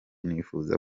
nifuza